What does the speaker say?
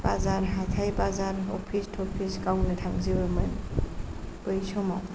हाथाय बाजार अफिस टपिस गावनो थांजोबोमोन बै समाव